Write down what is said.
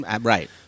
Right